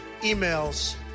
emails